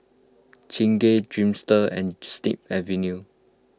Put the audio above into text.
Chingay Dreamster and Snip Avenue